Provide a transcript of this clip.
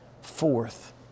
Fourth